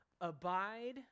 Abide